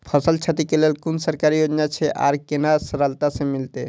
फसल छति के लेल कुन सरकारी योजना छै आर केना सरलता से मिलते?